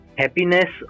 happiness